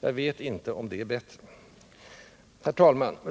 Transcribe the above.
Jag vet inte om det är bättre. Herr talman!